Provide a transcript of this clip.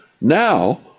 Now